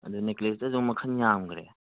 ꯑꯗꯒꯤ ꯅꯦꯛꯀ꯭ꯂꯦꯁꯇꯁꯨ ꯃꯈꯜ ꯌꯥꯝꯈ꯭ꯔꯦ